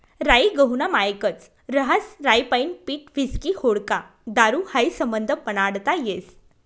राई गहूना मायेकच रहास राईपाईन पीठ व्हिस्की व्होडका दारू हायी समधं बनाडता येस